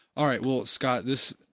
all right well scott this,